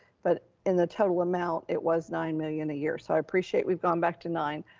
but in the total amount, it was nine million a year. so i appreciate we've gone back to nine.